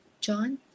John